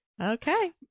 Okay